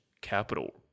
Capital